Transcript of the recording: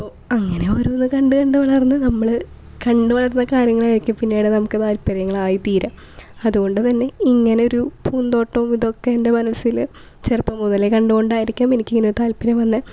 അപ്പോൾ അങ്ങനെ ഓരോന്ന് കണ്ട് കണ്ട് വളർന്ന് നമ്മള് കണ്ട് വളർന്ന കാര്യങ്ങളായിരിക്കും നമുക്ക് താല്പര്യങ്ങളായി തീരുക അതുകൊണ്ട് തന്നെ ഇങ്ങനൊരു പൂന്തോട്ടവും എൻ്റെ മനസില് ചെറുപ്പം മുതലേ കണ്ടുകൊണ്ടായിരിക്കും എനിക്ക് ഇങ്ങനൊരു താല്പര്യം വന്നത്